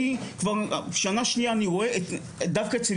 שכבר שנה שנייה אני רואה דווקא אצל